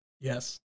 yes